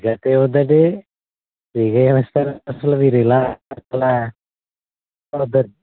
ఎంత ఏముందండి ఫ్రీ గా ఏమిస్తారు అసలు మీరు ఇలా ఎలా వద్దండి